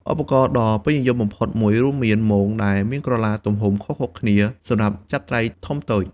ឧបករណ៍ដ៏ពេញនិយមបំផុតរួមមាន មង ដែលមានក្រឡាទំហំខុសៗគ្នាសម្រាប់ចាប់ត្រីធំតូច។